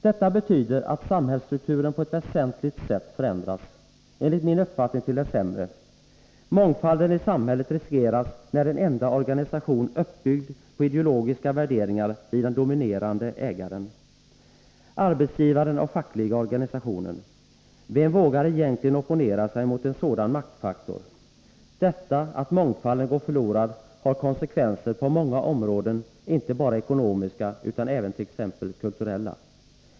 | Detta betyder att samhällsstrukturen på ett väsentligt sätt förändras —| enligt min uppfattning till det sämre. Mångfalden i samhället riskeras när en enda organisation, uppbyggd på ideologiska värderingar, blir den dominerande ägaren, arbetsgivaren och fackliga organisationen. Vem vågar egentligen opponera sig mot en sådan maktfaktor? Detta — att mångfalden går förlorad — har konsekvenser på många områden, inte bara ekonomiska utan även t.ex. kulturella.